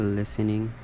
listening